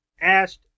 asked